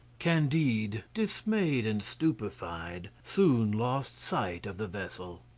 candide, dismayed and stupefied, soon lost sight of the vessel.